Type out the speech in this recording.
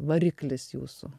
variklis jūsų